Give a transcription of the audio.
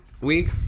week